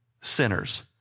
sinners